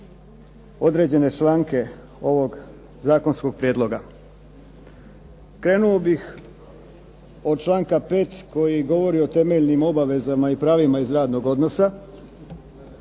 određene članke ovog zakonskog prijedloga. Krenuo bih od članka 5. koji govori o tome …/Govornik se ne razumije./… obavezama i pravima iz radnog odnosa.